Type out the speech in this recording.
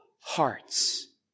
hearts